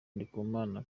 ndikumana